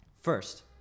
First